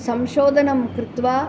संशोधनं कृत्वा